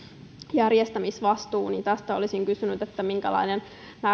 järjestämisvastuu tästä olisin kysynyt minkälainen